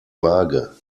vage